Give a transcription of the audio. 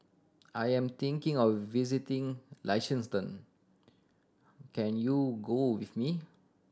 I am thinking of visiting Liechtenstein can you go with me